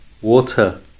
Water